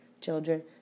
Children